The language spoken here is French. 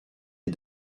est